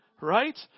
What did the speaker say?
Right